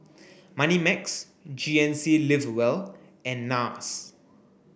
Moneymax G N C live well and NARS